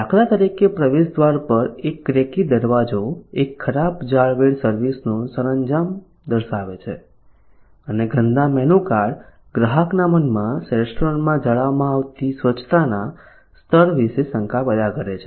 દાખલા તરીકે પ્રવેશદ્વાર પર એક ક્રેકી દરવાજો એક ખરાબ જાળવેલ સર્વિસ નો સરંજામ દર્શાવે છે અને ગંદા મેનુ કાર્ડ ગ્રાહકના મનમાં રેસ્ટોરન્ટમાં જાળવવામાં આવતી સ્વચ્છતાના સ્તર વિશે શંકા પેદા કરે છે